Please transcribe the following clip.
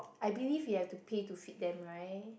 I believe you have to pay to feed them right